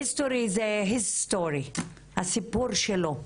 HISTORY זה HIS STORY הסיפור שלו,